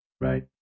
Right